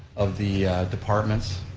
of the departments,